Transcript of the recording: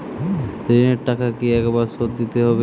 ঋণের টাকা কি একবার শোধ দিতে হবে?